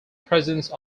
presence